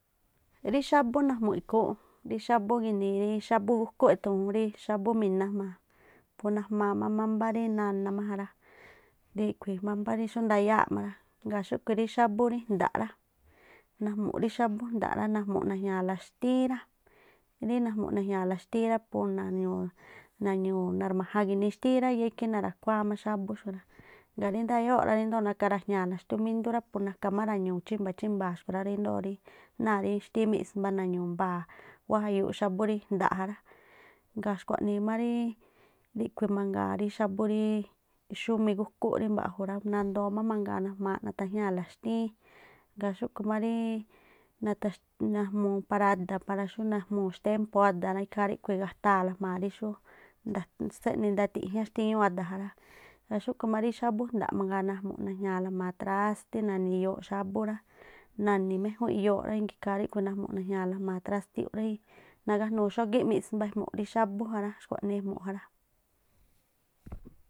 Rí xábú najmu̱ꞌ ikhúúnꞌ rí xábú ginii rí xábú gúkú e̱thu̱u̱n ju, rí xá̱bú pu najmaa má mámbá ri nana̱ má ja rá, rí ríꞌkhui̱ ri mambá má xú ndayáa̱ꞌ má rá. Ngaa̱ xúꞌꞌkhui̱ rí xábú rí jnda̱ rá, najmu̱ rí xábú rí jnda̱ꞌ rá, najmu̱ꞌ najña̱a̱la xtíín rá, rí najmu̱ꞌ najña̱a̱la xtíín rá pu nañu̱u̱, narma̱jan ginii xtíín rá yáá ikhí narakuáá má xábú xkhui̱ rá, ngaa̱ rí ndayóo̱ rá ríndoo nakarajña̱a̱la naxtumindú pu naka rañu̱u̱ chimba̱a̱, chimba̱a̱ xkui̱ rá ríndoo̱ rí náa̱ xtíín miꞌsmba nañu̱u̱ mbaa̱ wájayuuꞌ xábú rí jnda̱ ja rá. Ngaa̱ xkuanii má ríí ríꞌkhui̱ mangaa rí xábú ríí xú migúkú rí mba̱ꞌju̱ rá nandoo má mangaa najmaaꞌ nathajñáa̱la xtíín, gaa̱ xúꞌkhui̱ má rií natax- najmuu- para ada̱ para xú najmuu̱ xtémpoo ada̱ rá, ikhaa ríꞌkhui̱ i̱gataa̱la jma̱a rí xú ndaséꞌni- ndatiñá- xtíñuu ada̱ jará. Ngaa̱ xúꞌkhu̱ má rí xábú jnda̱ꞌ mangaa, najmu̱ꞌ najña̱a̱la jma̱a trástí, na̱ni̱ iyoo xábú rá, na̱ni̱ méjún iyooꞌ rá, ngaa̱ ikhaa ríkhui̱ najmu̱ꞌ najña̱a̱la jma̱a trástiú rí nagájnuu xógíꞌ miꞌsmba ejmuꞌ rí xábú ja rá. Xkhuaꞌnii ejmu̱ꞌ ja rá.